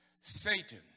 Satan